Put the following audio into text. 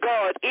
God